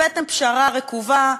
הבאתם פשרה רקובה,